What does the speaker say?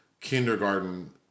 kindergarten